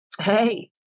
Hey